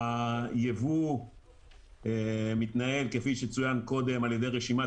היבוא מתנהל כפי שצוין קודם על ידי רשימת